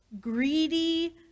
greedy